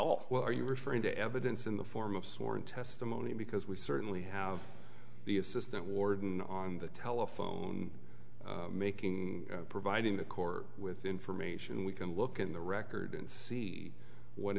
all what are you referring to evidence in the form of sworn testimony because we certainly have the it says that warden on the telephone making providing the core with information we can look at the record and see what